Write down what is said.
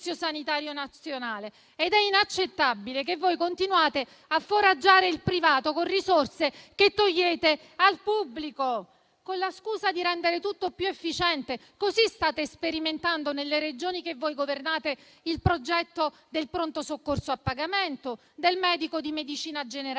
sanitario nazionale ed è inaccettabile che voi continuate a foraggiare il privato con risorse che togliete al pubblico, con la scusa di rendere tutto più efficiente. Così, state sperimentando nelle Regioni che voi governate il progetto del pronto soccorso a pagamento, o del medico di medicina generale